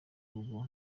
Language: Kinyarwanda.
rugo